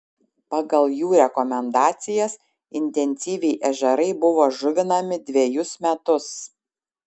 pagal jų rekomendacijas intensyviai ežerai buvo žuvinami dvejus metus